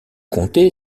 comté